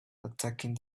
attacking